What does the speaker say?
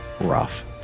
rough